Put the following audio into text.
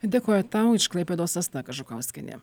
dėkoju tau iš klaipėdos asta kažukauskienė